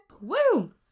Woo